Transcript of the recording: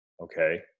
okay